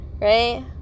right